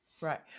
Right